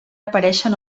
aparèixer